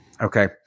Okay